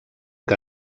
que